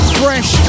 fresh